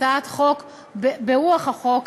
הצעת חוק ברוח החוק,